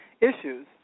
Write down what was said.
issues